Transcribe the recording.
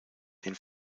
den